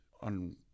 on